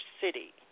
city